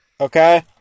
Okay